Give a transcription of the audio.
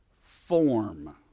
form